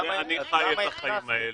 כמה מאומתים היו שם?